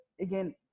again